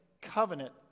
covenant